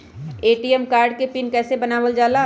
ATM card के पिन कैसे बनावल जाला?